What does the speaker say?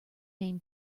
main